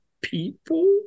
people